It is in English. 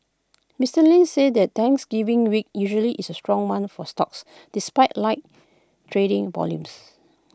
Mister Lynch said the Thanksgiving week usually is A strong one for stocks despite light trading volumes